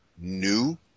new